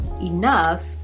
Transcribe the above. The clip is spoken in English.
enough